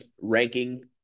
ranking